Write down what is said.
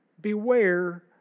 Beware